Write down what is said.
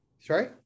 Sorry